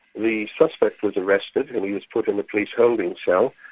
the suspect was arrested and he was put in the police holding cell.